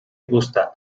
gusta